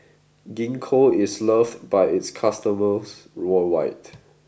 Gingko is loved by its customers worldwide